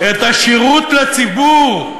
"את השירות לציבור".